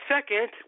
Second